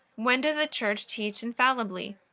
when does the church teach infallibly?